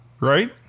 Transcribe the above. right